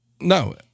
No